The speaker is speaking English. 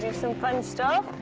some fun stuff?